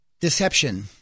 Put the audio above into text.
deception